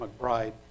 McBride